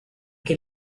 que